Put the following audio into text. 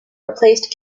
replaced